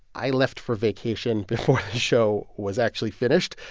i left for vacation before the show was actually finished.